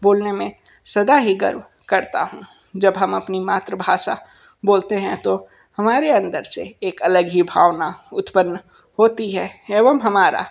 बोलने में सदा ही गर्व करता हूँ जब हम अपनी मातृभाषा बोलते हैं तो हमारे अंदर से एक अलग ही भावना उत्पन्न होती है एवं हमारा